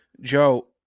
Joe